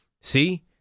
see